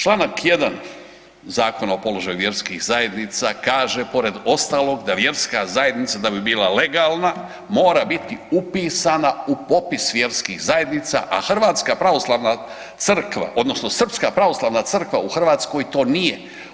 Čl. 1. Zakona o položaju vjerskih zajednica kaže pored ostalog da vjerska zajednica da bi bila legalna mora biti upisana u popis vjerskih zajednica, a hrvatska pravoslavna crkva odnosno srpska pravoslavna crkva u Hrvatskoj to nije.